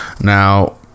now